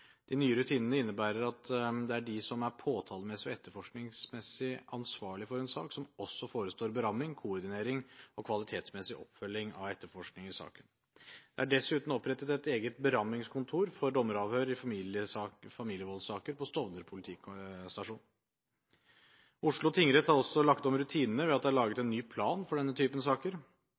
De nye rutinene innebærer at det er de som er påtalemessig og etterforskningsmessig ansvarlig for en sak, som også forestår beramming, koordinering og kvalitetsmessig oppfølging av etterforskning i saken. Det er dessuten opprettet et eget berammingskontor for dommeravhør i familievoldssaker ved Stovner politistasjon. Oslo tingrett har også lagt om rutinene, ved at det er laget en ny plan for denne typen saker.